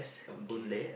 okay